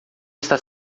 está